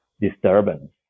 disturbance